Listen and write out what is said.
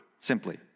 simply